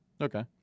Okay